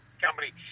company